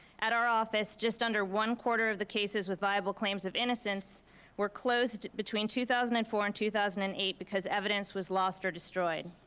at our office, just under one quarter of the cases with viable claims of innocence were closed between two thousand and four and two thousand and eight because evidence was lost or destroyed.